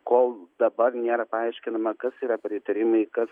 kol dabar nėra paaiškinama kas yra pritarimai kas